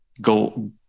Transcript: go